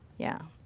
yeah.